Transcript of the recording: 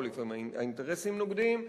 או לפעמים האינטרסים נוגדים,